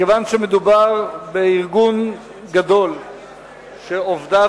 מכיוון שמדובר בארגון גדול שעובדיו